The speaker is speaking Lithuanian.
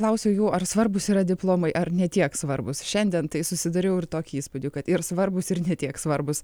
klausiau jų ar svarbūs yra diplomai ar ne tiek svarbūs šiandien tai susidariau ir tokį įspūdį kad ir svarbūs ir ne tiek svarbūs